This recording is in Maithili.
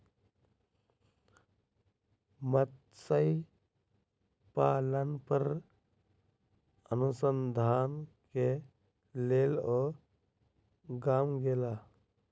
मत्स्य पालन पर अनुसंधान के लेल ओ गाम गेला